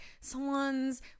Someone's